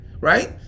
right